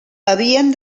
havien